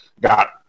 got